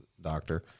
doctor